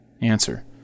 Answer